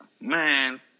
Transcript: man